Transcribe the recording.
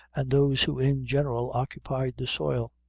and those who in general occupied the soil.